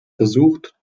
versucht